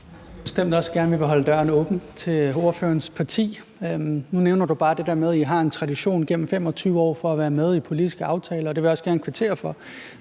vil holde døren åben til ordførerens parti. Nu nævner du bare det der med, at I har en tradition gennem 25 år for at være med i politiske aftaler, og det vil jeg også gerne kvittere for.